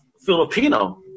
Filipino